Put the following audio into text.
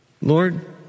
Lord